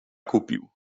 kupił